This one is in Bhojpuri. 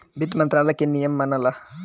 वित्त मंत्रालय के नियम मनला